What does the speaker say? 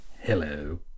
Hello